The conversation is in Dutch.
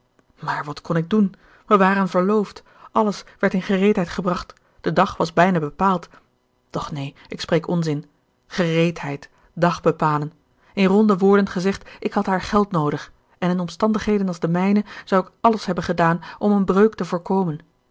maar wat kon ik doen wij waren verloofd alles werd in gereedheid gebracht de dag was bijna bepaald doch neen ik spreek onzin gereedheid dag bepalen in ronde woorden gezegd ik had haar geld noodig en in omstandigheden als de mijne zou ik alles hebben gedaan om een breuk te voorkomen